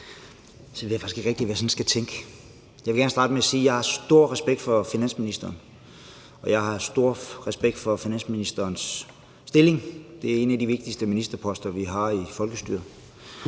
ved jeg faktisk ikke rigtig, hvad jeg sådan skal tænke. Jeg vil gerne starte med at sige, at jeg har stor respekt for finansministeren, og jeg har stor respekt for finansministerens stilling. Det er en af de vigtigste ministerposter, vi har i folkestyret.